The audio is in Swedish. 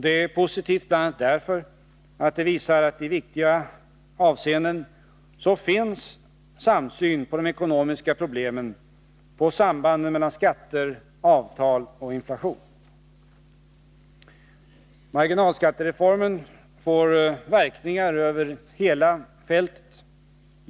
Det är positivt bl.a. därför att det visar att det i viktiga avseenden finns samsyn på de ekonomiska problemen, på sambanden mellan skatter, avtal och inflation. Marginalskattereformen får verkningar över hela fältet.